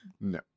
No